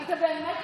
אני מזדהה?